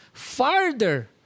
farther